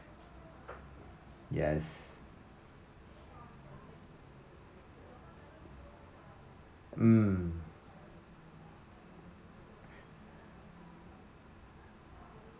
yes mm